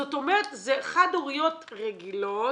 זאת אומרת זה חד הוריות רגילות,